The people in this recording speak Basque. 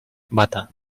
bata